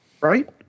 Right